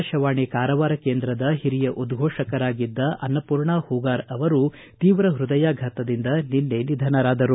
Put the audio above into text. ಆಕಾಶವಾಣಿ ಕಾರವಾರ ಕೇಂದ್ರದ ಹಿರಿಯ ಉದ್ಯೋಷಕರಾಗಿದ್ದ ಅನ್ನಪೂರ್ಣ ಹೂಗಾರ ಅವರು ತೀವ್ರ ಪೃದಯಾಘಾತದಿಂದ ನಿನ್ನೆ ನಿಧನರಾದರು